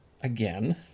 again